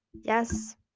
yes